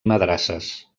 madrasses